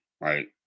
right